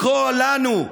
לקרוא לנו,